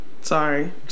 sorry